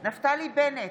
נפתלי בנט,